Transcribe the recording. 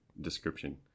description